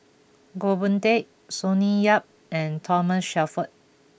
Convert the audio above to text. Goh Boon Teck Sonny Yap and Thomas Shelford